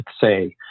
say